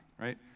right